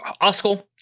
Oscar